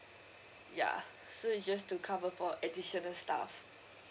yeah so it just to cover for additional stuff